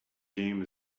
game